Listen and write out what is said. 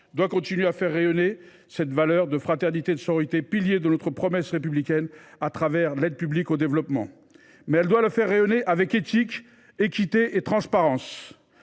doit continuer à faire rayonner ces valeurs de fraternité et de sororité, piliers de notre promesse républicaine, au moyen de l’aide publique au développement. Cependant, elle doit le faire avec éthique, équité et transparence.